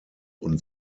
und